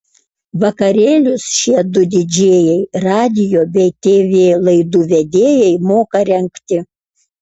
vakarėlius šie du didžėjai radijo bei tv laidų vedėjai moka rengti